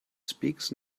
speaks